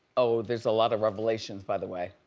oh, there's a lot of revelations by the way.